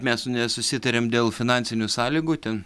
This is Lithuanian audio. mes nesusitarėm dėl finansinių sąlygų ten